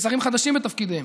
כשרים חדשים בתפקידיהם,